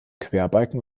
querbalken